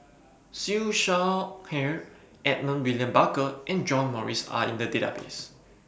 Siew Shaw Her Edmund William Barker and John Morrice Are in The Database